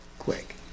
quick